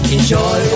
Enjoy